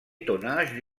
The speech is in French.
tonnage